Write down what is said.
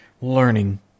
learning